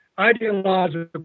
ideological